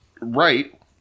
Right